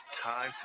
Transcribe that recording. time